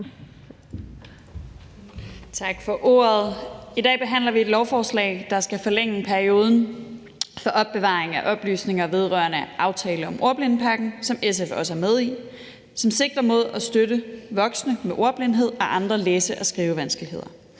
Tak for ordet. I dag behandler vi et lovforslag, der skal forlænge perioden for opbevaring af oplysninger vedrørende aftalen om ordblindepakken, som SF også er med i, og som sikrer mod at støtte voksne med ordblindhed og andre læse- og skrivevanskeligheder.